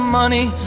money